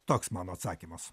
toks mano atsakymas